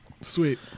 Sweet